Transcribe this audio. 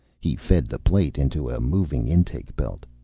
he fed the plate into a moving intake belt.